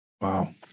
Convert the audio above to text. Wow